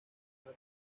una